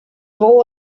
wol